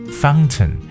fountain